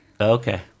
Okay